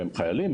הם חיילים,